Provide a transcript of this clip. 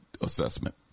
assessment